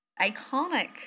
iconic